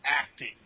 acting